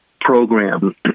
program